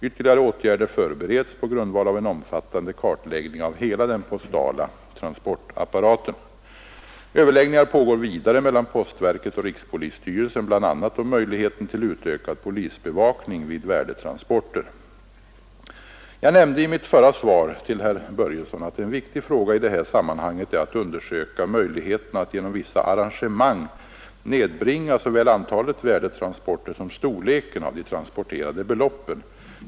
Ytterligare åtgärder förbereds på grundval av en omfattande kartläggning av hela den postala transportapparaten. Överläggningar pågår vidare mellan postverket och rikspolisstyrelsen bl.a. om möjligheten till utökad polisbevakning vid värdetransporter. Jag nämnde i mitt förra svar till herr Börjesson att en viktig fråga i det här sammanhanget är att undersöka möjligheterna att genom vissa arrangemang nedbringa såväl antalet värdetransporter som storleken av de transporterade beloppen.